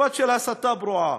משפט של הסתה פרועה.